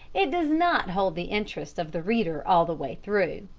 it does not hold the interest of the reader all the way through.